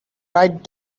right